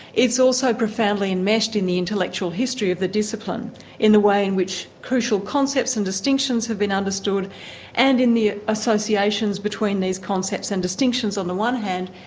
it's also profoundly enmeshed in the intellectual history of the discipline in the way in which crucial concepts and distinctions have been understood and in the associations between these concepts and distinctions on the one hand,